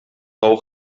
тау